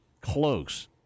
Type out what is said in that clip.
close